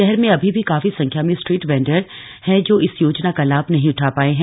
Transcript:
शहर में अभी भी काफी संख्या में स्ट्रीट वेंडर हैंए जो इस योजना का लाभ नहीं उठा पाए हैं